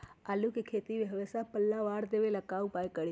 आलू के खेती में हमेसा पल्ला मार देवे ला का उपाय करी?